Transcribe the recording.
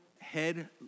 head